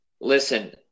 Listen